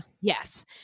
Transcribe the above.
Yes